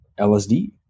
LSD